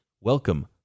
welcome